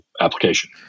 application